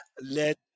Let